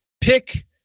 pick